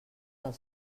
del